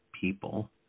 people